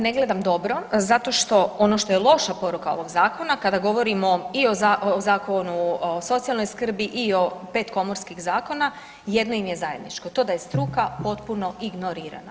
Ne gledam dobro zato što ono što je loša poruka ovog zakona, kada govorimo i o Zakonu o socijalnoj skrbi i o 5 komorskih zakona, jedno im je zajedničko, to da je struka potpuno ignorirana.